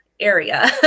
area